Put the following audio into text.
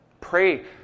Pray